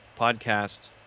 podcast